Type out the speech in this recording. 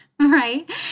right